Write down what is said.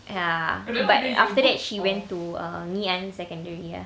ya but after that she went to err ngee ann secondary ah